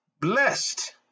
blessed